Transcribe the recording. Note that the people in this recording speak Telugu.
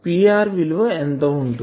కాబట్టి Pr విలువ ఎంత ఉంటుంది ఈటా ఇంటూPi